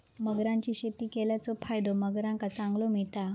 मगरांची शेती केल्याचो फायदो मगरांका चांगलो मिळता